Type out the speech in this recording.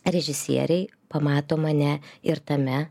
režisieriai pamato mane ir tame